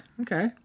okay